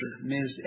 Ms